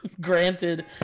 granted